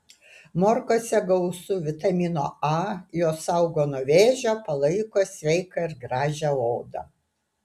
morkose gausu vitamino a jos saugo nuo vėžio palaiko sveiką ir gražią odą